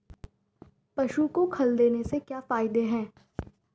पशु को खल देने से क्या फायदे हैं?